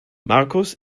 markus